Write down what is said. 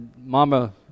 Mama